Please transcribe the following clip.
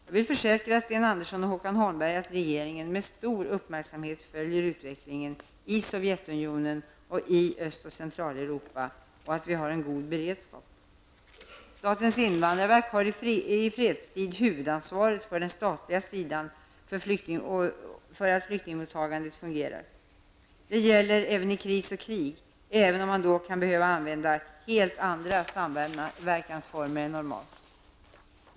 Jag vill försäkra Sten Andersson och Håkan Holmberg att regeringen med stor uppmärksamhet följer utvecklingen i Sovjetunionen och i Öst och Centraleuropa och att vi har en god beredskap. Statens invandrarverk har i fredstid huvudansvaret på den statliga sidan för att flyktingmottagandet fungerar. Detta gäller även i kris och i krig, även om man då kan behöva använda helt andra samverkansformer än normalt.